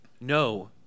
no